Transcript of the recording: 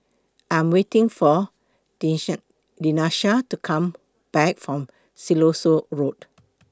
I Am waiting For Denisha to Come Back from Siloso Road